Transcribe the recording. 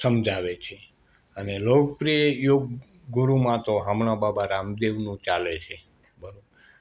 સમજાવે છે અને લોકપ્રિય યોગ ગુરુમાં તો હમણાં બાબા રામદેવનું ચાલે છે બરોબર